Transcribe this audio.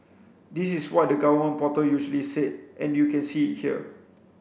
this is what the government portal usually said and you can see it here